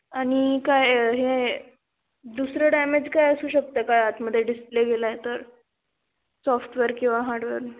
आणि काय हे दुसरं डॅमेज काय असू शकत आहे का आतमध्ये डिस्प्ले गेला आहे तर सॉफ्टवेअर किंवा हार्डवेअर